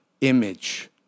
image